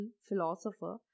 philosopher